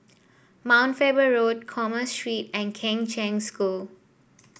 Mount Faber Road Commerce Street and Kheng Cheng School